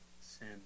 sin